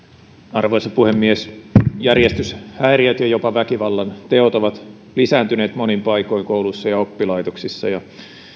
arvoisa puhemies järjestyshäiriöt ja jopa väkivallanteot ovat lisääntyneet monin paikoin kouluissa ja oppilaitoksissa